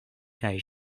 kaj